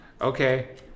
okay